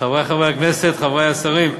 חברי חברי הכנסת, חברי השרים,